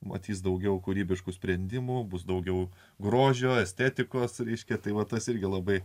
matys daugiau kūrybiškų sprendimų bus daugiau grožio estetikos reiškia tai va tas irgi labai